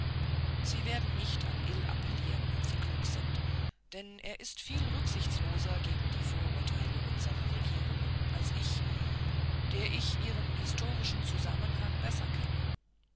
sie werden nicht an ill appellieren wenn sie klug sind denn er ist viel rücksichtsloser gegen die vorurteile unsrer regierungen als ich der ich ihren historischen zusammenhang besser kenne